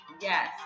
Yes